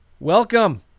Welcome